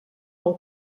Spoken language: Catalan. pel